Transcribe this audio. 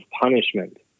punishment